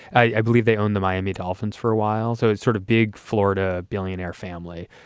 i believe they own the miami dolphins for a while. so it's sort of big florida billionaire family.